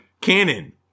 Canon